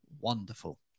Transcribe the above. wonderful